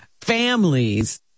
families